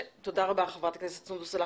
תודה רבה, חברת הכנסת סונדוס סאלח.